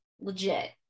legit